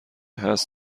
هست